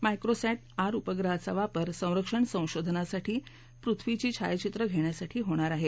microsat R उपग्रहाचा वापर संरक्षण संशोधनासाठी पृथ्वीची छायाचित्रं घेण्यासाठी होणार आहे